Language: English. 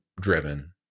driven